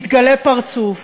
מתגלה פרצוף,